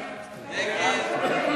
מיקי רוזנטל,